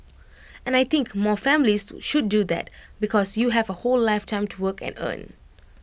and I think more families should do that because you have A whole lifetime to work and earn